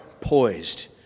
poised